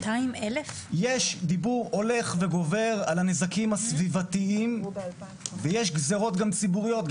יש דיבור הולך וגדל על הנזקים הסביבתיים ויש גזרות גם ציבוריות,